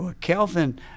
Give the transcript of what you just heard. Kelvin